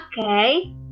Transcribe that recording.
Okay